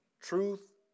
truth